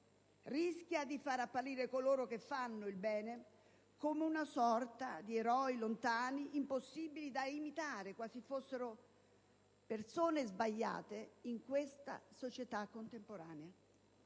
rischia di far apparire coloro che fanno il bene come una sorta di eroi lontani, impossibili da imitare, quasi fossero persone sbagliate in questa società contemporanea.